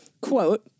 Quote